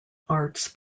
arts